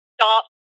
stop